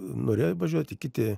norėjo važiuoti kiti